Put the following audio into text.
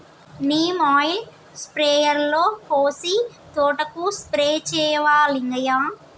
neem oil స్ప్రేయర్లో పోసి తోటకు స్ప్రే చేయవా లింగయ్య